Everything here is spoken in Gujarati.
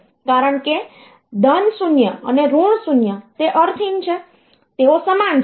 કારણ કે 0 અને 0 તે અર્થહીન છે તેઓ સમાન છે